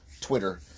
Twitter